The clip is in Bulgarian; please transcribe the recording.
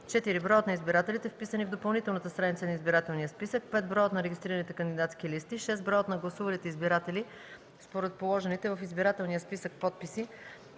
4. броят на избирателите, вписани в допълнителната страница на избирателния списък; 5. броят на регистрираните кандидатски листи; 6. броят на гласувалите избиратели според положените в избирателния списък подписи;